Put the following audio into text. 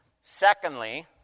Secondly